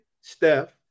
Steph